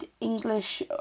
English